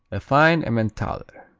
a fine emmentaler.